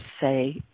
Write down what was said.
say